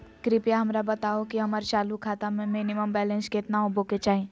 कृपया हमरा बताहो कि हमर चालू खाता मे मिनिमम बैलेंस केतना होबे के चाही